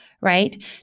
right